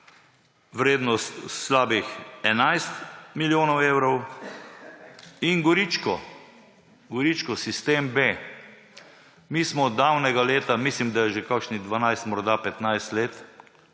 vrednost slabih 11 milijonov evrov, in Goričko, Goričko, sistem B. Mi smo davnega leta, mislim, da je že kakšnih 12, morda 15 let